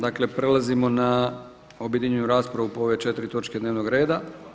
Dakle prelazimo na objedinjenu raspravu po ove četiri točke dnevnog reda.